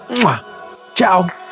Ciao